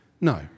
No